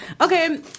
Okay